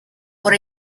por